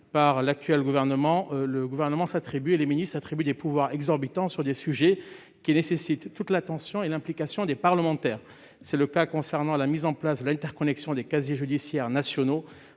par l'actuel gouvernement, les ministres s'attribuent des pouvoirs exorbitants sur des sujets qui nécessitent toute l'attention et l'implication des parlementaires. C'est le cas concernant la mise en place de l'interconnexion des casiers judiciaires nationaux